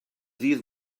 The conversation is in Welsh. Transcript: ddydd